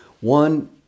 One